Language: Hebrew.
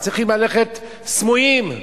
צריכים ללכת סמויים.